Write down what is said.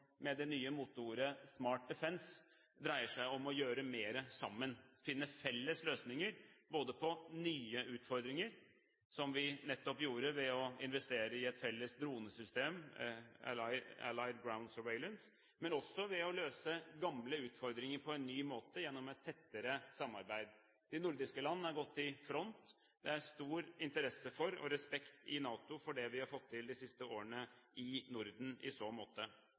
med det nye moteuttrykket «Smart Defence» dreier seg om å gjøre mer sammen, finne felles løsninger både på nye utfordringer, noe som vi nettopp gjorde ved å investere i et felles dronesystem, «Allied Ground Surveillance» og ved å møte gamle utfordringer på en ny måte gjennom et tettere samarbeid. De nordiske landene har gått i front. Det er stor interesse og respekt i NATO for det vi har fått til de siste årene i Norden i så måte.